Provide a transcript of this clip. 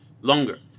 longer